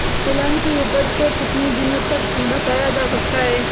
तिलहन की उपज को कितनी दिनों तक बचाया जा सकता है?